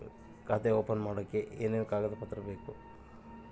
ಖಾತೆ ಓಪನ್ ಮಾಡಕ್ಕೆ ಏನೇನು ಕಾಗದ ಪತ್ರ ಬೇಕು?